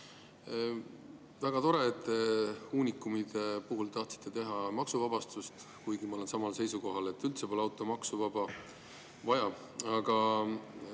Väga tore, et te uunikumide puhul tahtsite teha maksuvabastust, kuigi ma olen samal seisukohal, et üldse pole automaksu vaja.